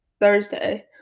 thursday